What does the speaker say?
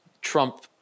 Trump